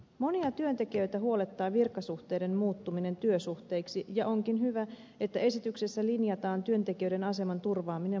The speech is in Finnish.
monia työntekijöitä huolettaa virkasuhteiden muuttuminen työsuhteiksi ja onkin hyvä että esityksessä linjataan työntekijöiden aseman turvaaminen muutoksessa